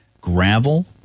gravel